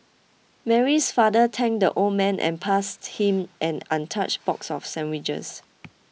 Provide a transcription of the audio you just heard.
Mary's father thanked the old man and passed him an untouched box of sandwiches